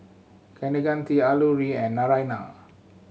Kaneganti Alluri and Naraina